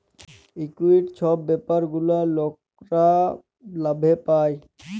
equity ছব ব্যাপার গুলা লকরা লাভে পায়